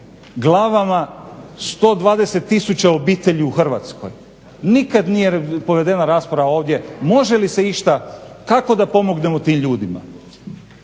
glavama 120 tisuća obitelji u Hrvatskoj. Nikad nije provedena rasprava ovdje može li se išta kako da pomognemo tim ljudima.